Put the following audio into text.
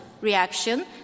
reaction